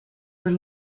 were